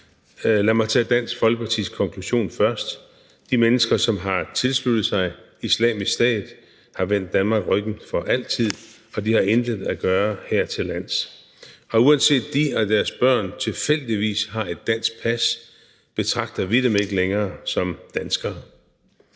Lad mig tage Dansk Folkepartis konklusion først: De mennesker, som har tilsluttet sig Islamisk Stat, har vendt Danmark ryggen for altid, og de har intet at gøre hertillands, og uanset om de og deres børn tilfældigvis har et dansk pas, betragter vi dem ikke længere som danskere.